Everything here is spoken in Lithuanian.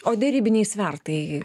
o derybiniai svertai